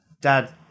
Dad